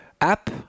App